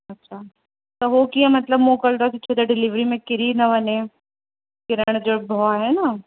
अच्छा त उहो कीअं मतिलबु मोकिलंदो छो त डिलेविरी में किरी न वञे किरण जो भउ आहे न